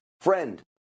friend